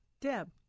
Deb